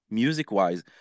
music-wise